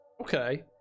okay